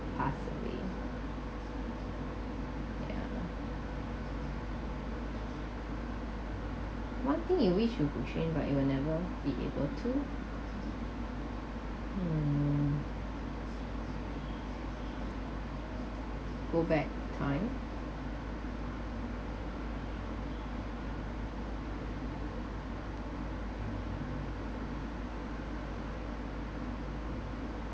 passed away yeah one thing you wish you could change but you will never be able to mm go back time